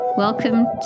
Welcome